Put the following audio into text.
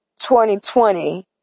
2020